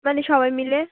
মানে সবাই মিলে